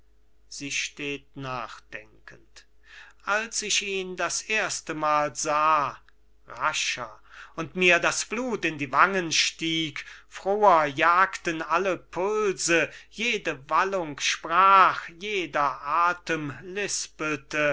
als ich ihn das erstemal sah rascher und mir das blut in die wangen stieg froher jagten alle pulse jede wallung sprach jeder